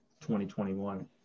2021